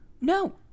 No